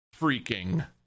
freaking